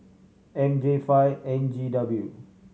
M J five N G W